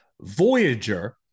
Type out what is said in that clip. Voyager